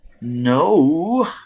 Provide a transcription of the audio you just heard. no